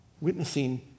Witnessing